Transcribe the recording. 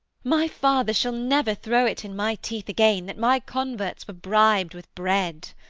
my father shall never throw it in my teeth again that my converts were bribed with bread.